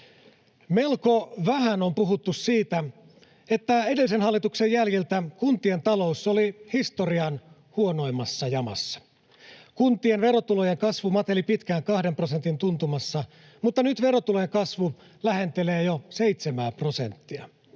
Melko vähän on puhuttu siitä, että edellisen hallituksen jäljiltä kuntien talous oli historian huonoimmassa jamassa. Kuntien verotulojen kasvu mateli pitkään 2 prosentin tuntumassa, mutta nyt verotulojen kasvu lähentelee jo 7:ää prosenttia.